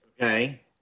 Okay